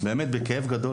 באמת בכאב גדול.